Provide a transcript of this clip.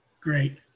Great